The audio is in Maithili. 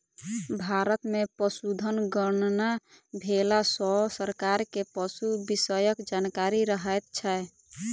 भारत मे पशुधन गणना भेला सॅ सरकार के पशु विषयक जानकारी रहैत छै